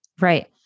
Right